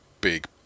big